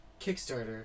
Kickstarter